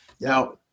Now